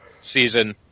season